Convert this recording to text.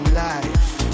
life